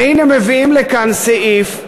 והנה מביאים לכאן סעיף,